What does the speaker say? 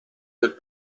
del